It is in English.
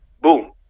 boom